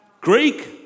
Greek